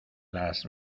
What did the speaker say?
las